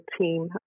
team